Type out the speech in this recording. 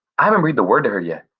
i haven't breathed a word to her yet.